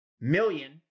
million